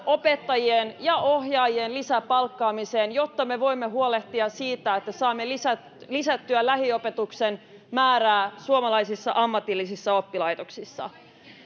opettajien ja ohjaajien lisäpalkkaamiseen jotta me voimme huolehtia siitä että saamme lisättyä lisättyä lähiopetuksen määrää suomalaisissa ammatillisissa oppilaitoksissa